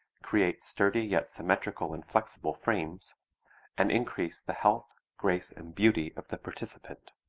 create sturdy yet symmetrical and flexible frames and increase the health, grace and beauty of the participant.